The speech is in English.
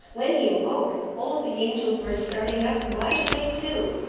when he awoke, all the angels were starting up wide awake too.